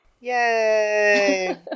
Yay